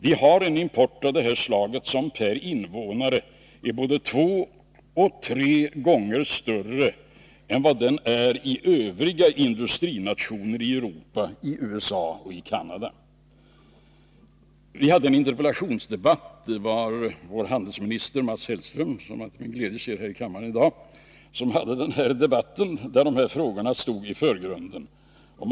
Vi har en import av det här slaget som per invånare är både två och tre gånger större än vad motsvarande import är i övriga industrinationer i Europa, i USA och i Canada. Vår utrikeshandelsminister Mats Hellström, som jag med glädje ser här i kammaren i dag, besvarade den 10 februari en interpellation om importen av tekoprodukter.